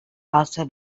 also